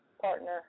partner